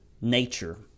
nature